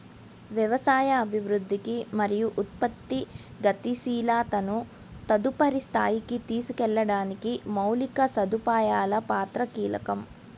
వ్యవసాయ అభివృద్ధికి మరియు ఉత్పత్తి గతిశీలతను తదుపరి స్థాయికి తీసుకెళ్లడానికి మౌలిక సదుపాయాల పాత్ర కీలకం